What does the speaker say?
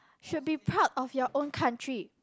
should be proud of your country